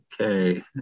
Okay